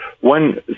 One